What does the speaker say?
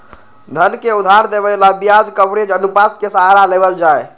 धन के उधार देवे ला ब्याज कवरेज अनुपात के सहारा लेवल जाहई